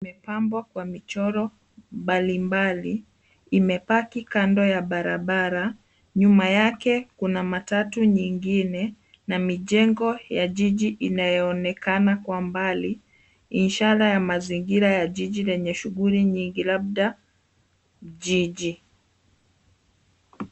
Mipambo kwa michoro mbalimbali imepaki kando ya barabara. Nyuma yake kuna matatu nyingine na mijengo ya jiji inayoonekana kwa mbali, ishara ya mazingira ya jiji lenye shughuli nyingi labda jiji.